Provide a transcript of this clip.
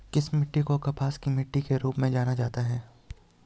किस मिट्टी को कपास की मिट्टी के रूप में जाना जाता है?